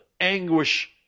anguish